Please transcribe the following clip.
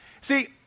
See